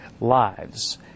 lives